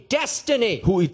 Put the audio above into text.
destiny